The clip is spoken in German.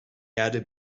erde